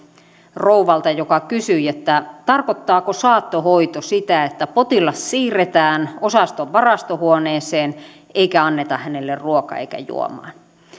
rouvalta joka kysyi tarkoittaako saattohoito sitä että potilas siirretään osaston varastohuoneeseen eikä anneta hänelle ruokaa eikä juomaa